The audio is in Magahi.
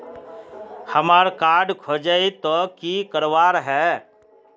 हमार कार्ड खोजेई तो की करवार है?